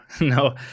no